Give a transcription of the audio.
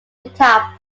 guitar